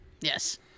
Yes